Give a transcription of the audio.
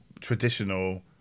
traditional